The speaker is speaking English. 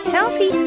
Healthy